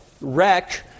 wreck